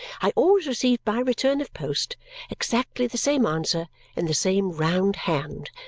i always received by return of post exactly the same answer in the same round hand,